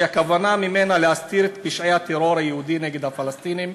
שהכוונה שלה להסתיר את פשעי הטרור היהודי נגד הפלסטינים.